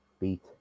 beat